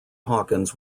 hawkins